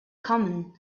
common